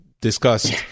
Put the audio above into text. discussed